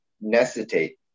necessitate